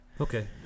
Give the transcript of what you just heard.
Okay